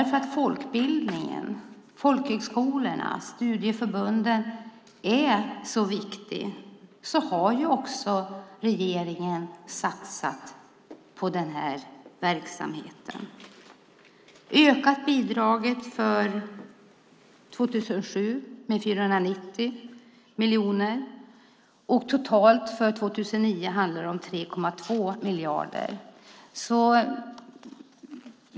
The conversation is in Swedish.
Folkbildningen, folkhögskolorna, studieförbunden är viktiga, och därför har regeringen satsat på den här verksamheten och ökat bidraget för 2007 med 490 miljoner. Totalt för 2009 handlar det om 3,2 miljarder.